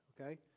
Okay